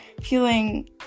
feeling